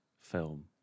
film